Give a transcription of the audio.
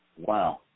Wow